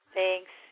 Thanks